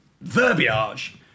verbiage